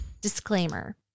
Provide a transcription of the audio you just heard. Disclaimer